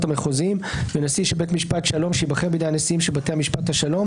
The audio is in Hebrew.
המחוזיים ונשיא של בית משפט שלום שייבחר בידי הנשיאים של בתי משפט השלום